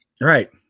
Right